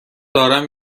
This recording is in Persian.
دارم